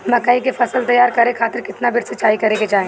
मकई के फसल तैयार करे खातीर केतना बेर सिचाई करे के चाही?